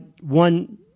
one